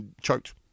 choked